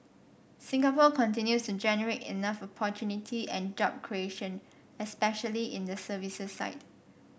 Singapore continues to generate enough opportunity and job creation especially in the services side